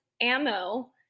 ammo